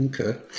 Okay